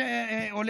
לשאול